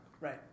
Right